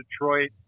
Detroit